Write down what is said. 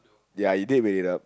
ya you did made it up